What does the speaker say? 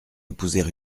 épouser